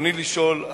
רצוני לשאול: